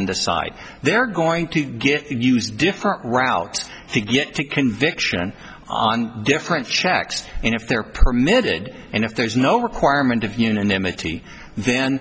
and decide they're going to get use different routes to get to conviction on different checks and if they're permitted and if there's no requirement of unanimity then